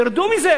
תרדו מזה,